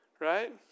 right